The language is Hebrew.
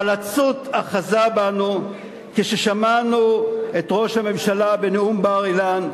פלצות אחזה בנו כששמענו את ראש הממשלה בנאום בר-אילן,